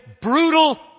brutal